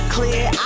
Clear